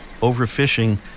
overfishing